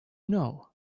know